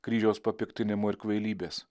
kryžiaus papiktinimo ir kvailybės